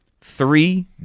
three